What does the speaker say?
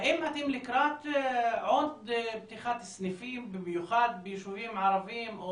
האם אתם לקראת עוד פתיחת סניפים במיוחד ביישובים ערביים?